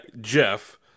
Jeff